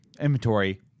inventory